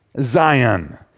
Zion